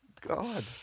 God